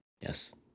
Yes